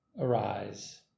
arise